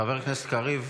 חבר הכנסת קריב,